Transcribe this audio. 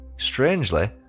Strangely